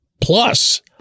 plus